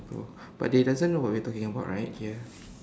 go but they doesn't know what we're talking about right here